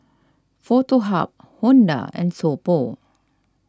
Foto Hub Honda and So Pho